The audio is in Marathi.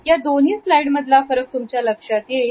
या दोन्ही स्लाईड मधला फरक तुमच्या लक्षात येईल